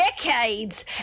decades